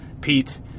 pete